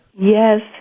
Yes